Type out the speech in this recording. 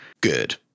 good